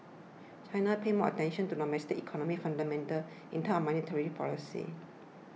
China pays more attention to domestic economic fundamentals in terms of monetary policy